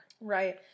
Right